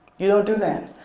you know do that.